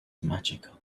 magical